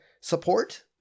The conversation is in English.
support